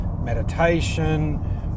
meditation